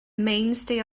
mainstay